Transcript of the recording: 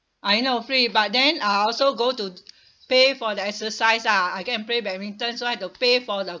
I know free but then I also go to pay for the exercise ah I go and play badminton so I have to pay for the